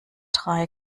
drei